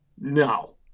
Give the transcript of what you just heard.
No